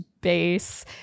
base